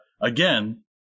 again